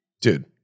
Dude